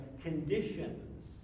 conditions